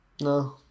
No